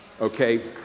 Okay